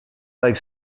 like